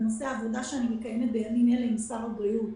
בנושא עבודה שאני מקיימת בימים אלה עם שר הבריאות.